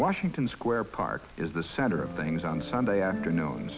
washington square park is the center of things on sunday afternoon